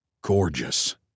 gorgeous